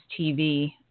TV